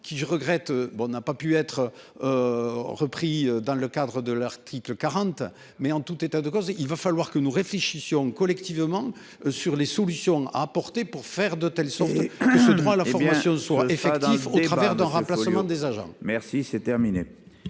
qui je regrette ben on n'a pas pu être. Repris dans le cadre de l'article 40. Mais en tout état de cause, il va falloir que nous réfléchissions collectivement sur les solutions à apporter pour faire de telles sont. Ce droit à la formation soit effectif au travers de remplacement des agents. Merci c'est terminé.